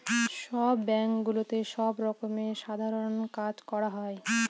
সব ব্যাঙ্কগুলোতে সব রকমের সাধারণ কাজ করা হয়